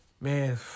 man